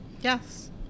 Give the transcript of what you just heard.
Yes